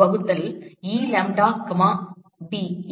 வகுத்தல் E lambdab என்ன